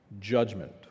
judgment